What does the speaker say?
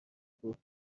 بود